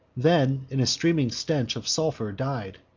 then in a steaming stench of sulphur died.